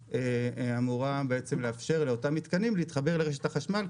שאמורה לאפשר לאותם מתקנים להתחבר לרשת החשמל,